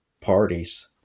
parties